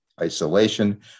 isolation